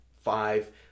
five